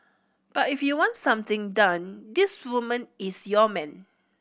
but if you want something done this woman is your man